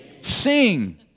Sing